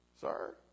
Sir